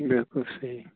بلکل صحیٖح